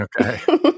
Okay